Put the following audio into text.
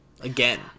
Again